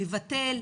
לבטל,